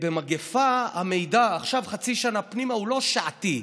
במגפה המידע, עכשיו, חצי שנה פנימה, הוא לא שעתי.